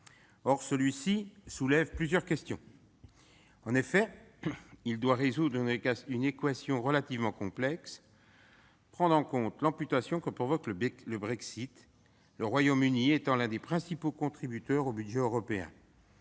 Or celui-ci soulève plusieurs questions. En effet, il doit résoudre une équation relativement complexe : prendre en compte l'amputation que provoque le Brexit, le Royaume-Uni étant l'un des principaux contributeurs au budget européen,